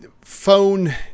phone